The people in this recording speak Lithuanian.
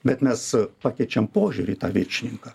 bet mes pakeičiam požiūrį į tą viršininką